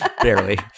Barely